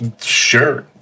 sure